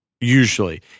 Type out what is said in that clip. usually